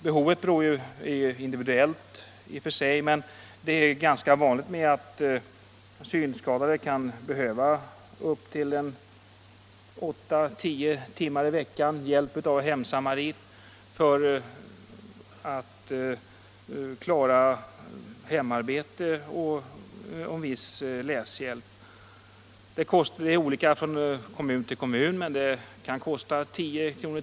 Behovet är i och för sig individuellt, men det är ganska vanligt att synskadade behöver hjälp med hemarbete och viss läshjälp av hemsamarit 8—-10 timmar i veckan. Det kan kosta 10 kr. i timmen — det varierar från kommun till kommun.